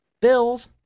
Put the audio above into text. Bills